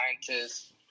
scientists